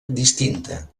distinta